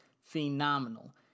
phenomenal